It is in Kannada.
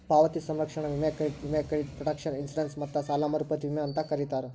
ಪಾವತಿ ಸಂರಕ್ಷಣಾ ವಿಮೆ ಕ್ರೆಡಿಟ್ ವಿಮೆ ಕ್ರೆಡಿಟ್ ಪ್ರೊಟೆಕ್ಷನ್ ಇನ್ಶೂರೆನ್ಸ್ ಮತ್ತ ಸಾಲ ಮರುಪಾವತಿ ವಿಮೆ ಅಂತೂ ಕರೇತಾರ